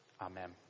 Amen